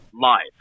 live